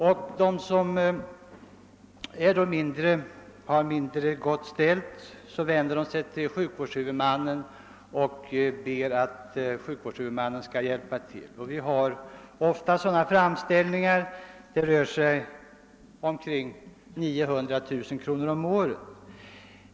De patienter som har det mindre gott ställt ekonomiskt vänder sig till sjukvårdshuvudmannen och ber om hjälp. Vi får ofta ta emot sådana framställningar. Tillsammans kan det röra sig om ca 900 kronor om året.